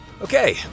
Okay